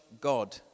God